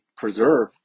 preserve